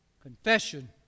Confession